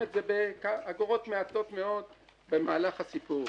את זה באגורות מעטות מאוד במהלך הסיפור.